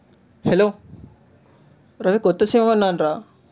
hello Ravi కొత్త SIM కొన్నానురా